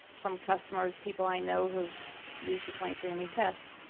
from customers, people i know, who've used the twenty three and me test.